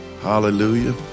Hallelujah